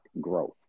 growth